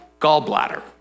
gallbladder